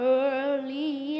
early